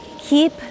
Keep